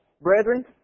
brethren